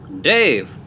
Dave